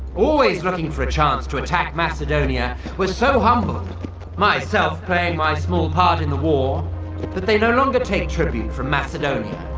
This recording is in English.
always looking for a chance to attack macedonia, were so humbled myself playing my small part in the war that they no longer take tribute from macedonia,